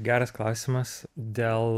geras klausimas dėl